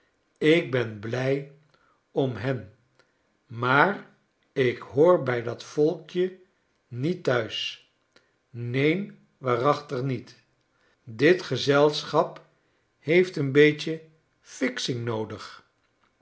ik ben blij om hen maar ik hoor bij dat volkje niet thuis neen waarachtig niet bit gezelschap heeft een beetje washington fixing noodig